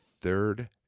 Third